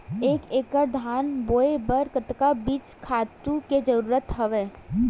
एक एकड़ धान बोय बर कतका बीज खातु के जरूरत हवय?